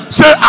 say